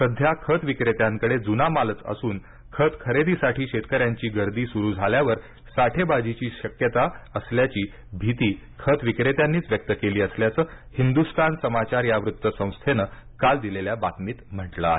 सध्या खत विक्रेत्यांकडे जुना मालच असून खत खरेदीसाठी शेतकऱ्यांची गर्दी सुरू झाल्यावर साठेबाजीची शक्यता असल्याची भीती खत विक्रेत्यांनीच व्यक्त केली असल्याचं हिंदुस्थान समाचार या वृत्तसंस्थेनं काल दिलेल्या बातमीत म्हटलं आहे